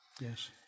Yes